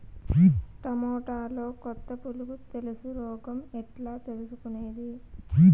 టమోటాలో కొత్త పులుగు తెలుసు రోగం ఎట్లా తెలుసుకునేది?